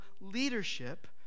leadership